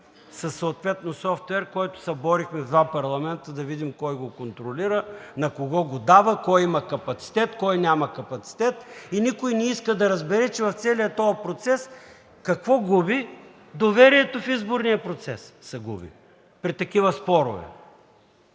със съответния софтуер се борихме в два парламента, за да видим кой го контролира, на кого го дава, кой има капацитет, кой няма капацитет и никой не иска да разбере в целия този процес какво се губи. Доверието в изборния процес се губи при такива спорове!